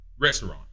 restaurant